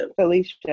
Felicia